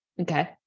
okay